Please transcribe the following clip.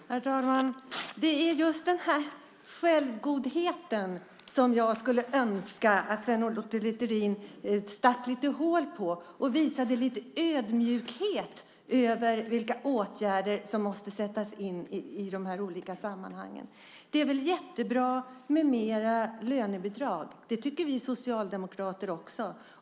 Herr talman! Det är just denna självgodhet som jag skulle önska att Sven Otto Littorin stack hål på och att han visade lite ödmjukhet inför vilka åtgärder som måste sättas in i de olika sammanhangen. Det är jättebra med mer lönebidrag; det tycker vi socialdemokrater också.